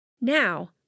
Now